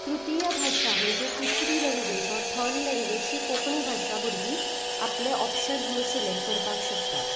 तृतीय भाशा म्हणजे तिसरी लँग्वेज ओर थर्ड लँग्वेज जी कोंकणी भाशा भुरगीं आपलें ऑपशन म्हुण सिलेक्ट करपाक शकतात